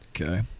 Okay